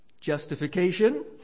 Justification